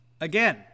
Again